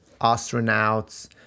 astronauts